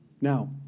Now